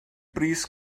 bris